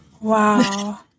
wow